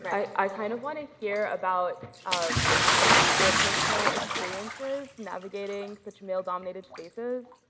i kind of want to hear about um our personal experiences navigating such male-dominated spaces,